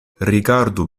rigardu